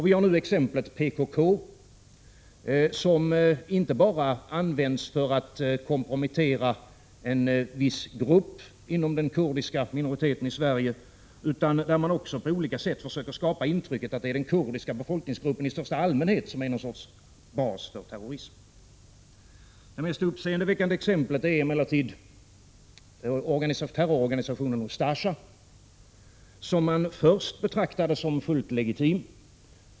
Vi har nu exemplet PKK, som inte bara används för att kompromettera en viss grupp inom den kurdiska minoriteten i Sverige. På olika sätt försöker man också skapa intrycket att det är den kurdiska befolkningen i största allmänhet som är någon sorts bas för terrorism. Det mest uppseendeväckande exemplet är emellertid terrororganisationen Ustasja, som man först betraktade som fullt legitim.